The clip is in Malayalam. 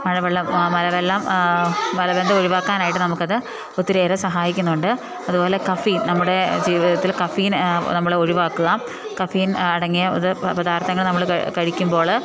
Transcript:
മഴവെള്ളം മലവെള്ളം മലബന്ധം ഒഴിവാക്കാനായിട്ട് നമുക്ക് അത് ഒത്തിരയേറെ സഹായിക്കുന്നുണ്ട് അതുപോലെ കഫീൻ നമ്മുടെ ജീവിതത്തിൽ കഫീൻ നമ്മൾ ഒഴിവാക്കുക കഫീൻ അടങ്ങിയ പദാർത്ഥങ്ങൾ നമ്മൾള് കഴിക്കുമ്പോൾ